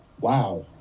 Wow